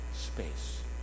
space